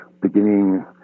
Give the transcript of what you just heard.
beginning